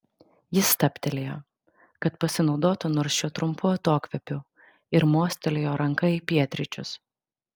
jis stabtelėjo kad pasinaudotų nors šiuo trumpu atokvėpiu ir mostelėjo ranka į pietryčius